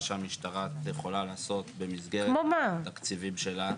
שהמשטרה יכולה לעשות במסגרת התקציבים שלה.